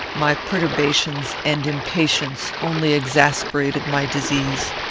my perturbations and impatience only exasperated my disease.